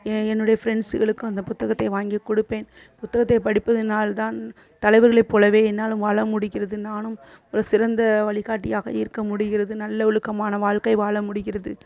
எ என்னுடைய ப்ரெண்ட்ஸுகளுக்கும் அந்த புத்தகத்தை வாங்கி கொடுப்பேன் புத்தகத்தை படிப்பதனால் தான் தலைவர்களைப் போலவே என்னாலும் வாழ முடிகிறது நானும் ஒரு சிறந்த வழிகாட்டியாக இருக்க முடிகிறது நல்ல ஒழுக்கமான வாழ்க்கை வாழ முடிகிறது